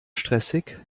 stressig